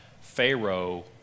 Pharaoh